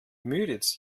müritz